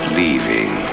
leaving